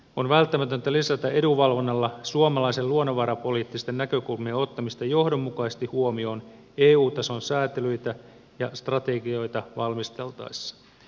on välttämätöntä lisätä edunvalvonnalla suomalaisten luonnonvarapoliittisten näkökulmien ottamista johdonmukaisesti huomioon eu tason sääntelyitä ja strategioita valmisteltaessa